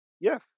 Yes